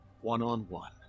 one-on-one